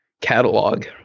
catalog